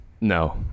No